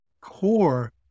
core